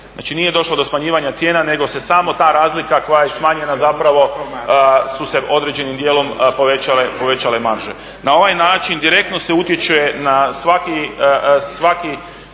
Znači nije došlo do smanjivanja cijena nego se samo ta razlika koja je smanjena zapravo su se određenim dijelom povećale marže. Na ovaj način direktno se utječe na svaki